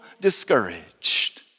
discouraged